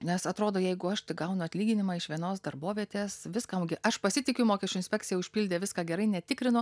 nes atrodo jeigu aš tik gaunu atlyginimą iš vienos darbovietės viskam gi aš pasitikiu mokesčių inspekcija užpildė viską gerai netikrinu